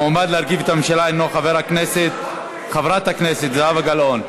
המועמדת להרכיב את הממשלה היא חברת הכנסת זהבה גלאון.